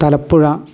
Thalappuzha